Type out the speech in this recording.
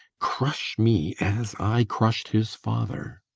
crush me as i crushed his father.